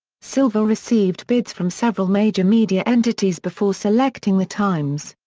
silver received bids from several major media entities before selecting the times.